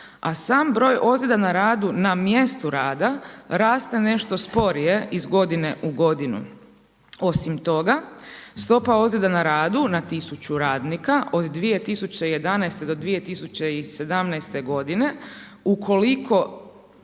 a sam broj ozljeda na radu na mjestu rada raste nešto sporije iz godine u godinu. Osim toga stopa ozljeda na radu na tisuću radnika od 2011. do 2017. godine ukoliko